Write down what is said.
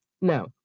no